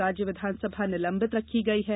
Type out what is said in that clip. राज्य विधानसभा निलम्बित रखी गयी है